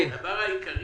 הדבר העיקרי.